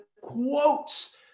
quotes